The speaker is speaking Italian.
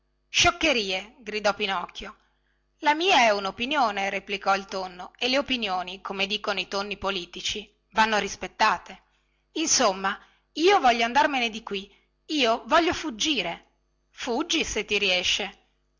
scioccherie gridò pinocchio la mia è unopinione replicò il tonno e le opinioni come dicono i tonni politici vanno rispettate insomma io voglio andarmene di qui io voglio fuggire fuggi se ti riesce